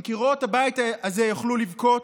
אם קירות הבית הזה יכלו לבכות,